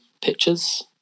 pictures